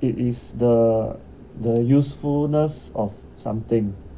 it is the the usefulness of something